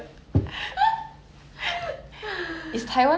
let's just end it right here